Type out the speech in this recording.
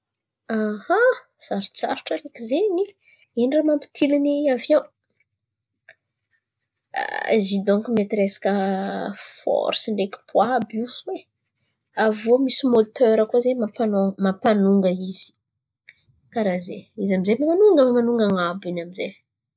Sarotsarotra araiky zen̈y! Ino raha mampitilin̈y avion? Izy io dônko mety resaka forsy ndraiky poia, àby io fo ai. Avô misy motera koa zen̈y mampanô-mampanonga izy. Karà zen̈y, avô amin'zay memanonga memanonga an̈abo amin'zay.